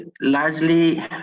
largely